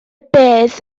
bedd